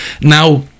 Now